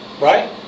right